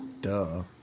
Duh